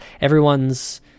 everyone's